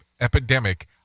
epidemic